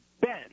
Ben